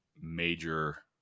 major